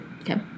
Okay